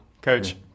Coach